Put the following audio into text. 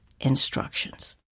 instructions